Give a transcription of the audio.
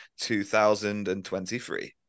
2023